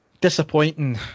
disappointing